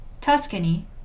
Tuscany